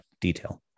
detail